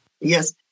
Yes